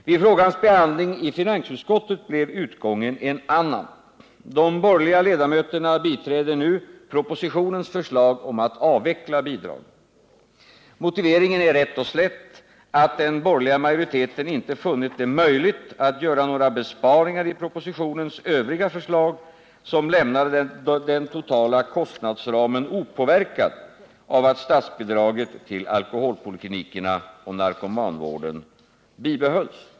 Vid frågans behandling i finansutskottet blev utgången en annan. De borgerliga ledamöterna biträder nu propositionens förslag om att avveckla bidragen. Motiveringen är rätt och slätt att den borgerliga majoriteten inte funnit det möjligt att göra några besparingar i propositionens övriga förslag, som lämnade den totala kostnadsramen opåverkad av att statsbidraget till alkoholpoliklinikerna och narkomanvården bibehölls.